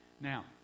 Now